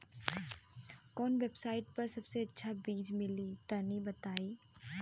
कवन वेबसाइट पर सबसे अच्छा बीज मिली तनि बताई?